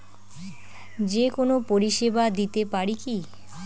যে কোনো পরিষেবা দিতে পারি কি?